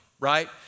right